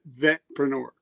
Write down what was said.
vetpreneur